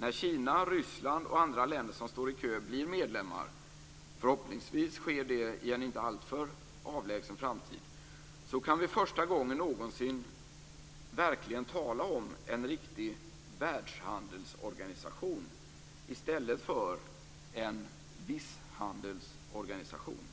När Kina, Ryssland och andra länder som står i kö blir medlemmar - förhoppningsvis sker det i en inte alltför avlägsen framtid - kan vi för första gången någonsin verkligen tala om en riktig världshandelsorganisation i stället för en visshandelsorganisation.